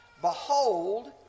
Behold